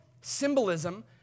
symbolism